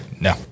no